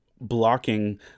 blocking